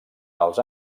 els